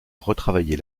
retravailler